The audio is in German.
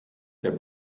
der